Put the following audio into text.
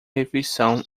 refeição